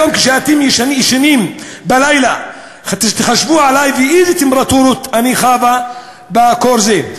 היום כשאתם ישנים בלילה תחשבו עלי ואיזו טמפרטורות אני חווה בקור הזה.